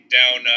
down